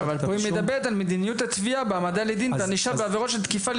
פה היא מדברת על מדיניות התביעה בהעמדה לדין וענישה בעבירות של תקיפה על